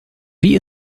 wie